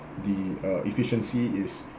the uh efficiency is